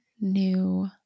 new